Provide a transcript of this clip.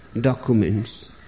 documents